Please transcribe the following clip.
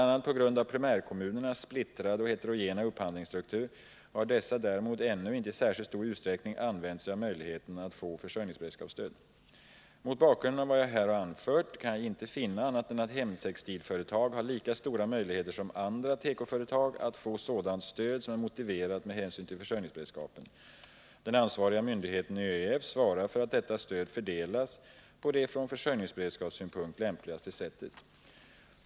a. på grund av primärkommunernas splittrade och heterogena upphandlingsstruktur har dessa däremot ännu inte i särskilt stor utsträckning använt sig av möjligheten att få försörjningsberedskapsstöd. Mot bakgrund av vad jag här har anfört kan jag inte finna annat än att hemtextilföretag har lika stora möjligheter som andra tekoföretag att få sådant stöd som är motiverat med hänsyn till försörjningsberedskapen. Den ansvariga myndigheten ÖEF svarar för att detta stöd fördelas på det från försörjningsberedskapssynpunkt lämpligaste sättet.